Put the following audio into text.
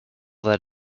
that